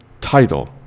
title